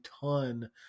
ton